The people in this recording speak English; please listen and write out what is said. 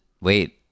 Wait